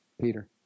Peter